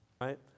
right